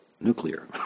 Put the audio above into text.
nuclear